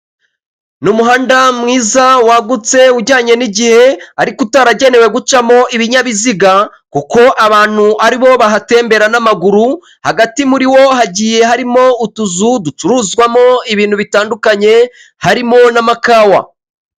Ni umuhanda mwiza, wagutse, ujyanye n'igihe, ariko utaragenewe gucamo ibinyabiziga, kuko abantu ari bo bahatembera n'amaguru, hagati muri wo hagiye harimo utuzu ducuruzwamo ibintu bitandukanye, harimo n'amakawa.